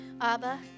Abba